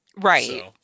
Right